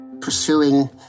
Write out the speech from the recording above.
pursuing